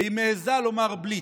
והיא מעיזה לומר בליץ.